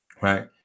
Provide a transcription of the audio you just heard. right